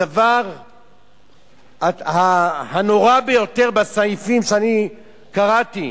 הדבר הנורא ביותר בסעיפים שאני קראתי